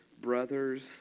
brothers